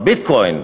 ה"ביטקוין",